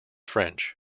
french